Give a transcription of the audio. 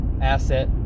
asset